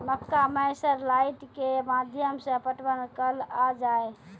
मक्का मैं सर लाइट के माध्यम से पटवन कल आ जाए?